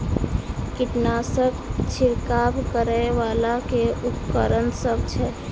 कीटनासक छिरकाब करै वला केँ उपकरण सब छै?